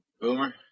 Boomer